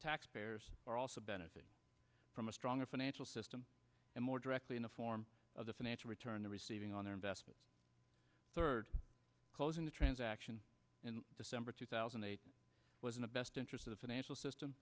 taxpayers are also benefit from a stronger financial system and more directly in the form of the financial return to receiving on their investment third closing the transaction in december two thousand and eight was in the best interest of the financial system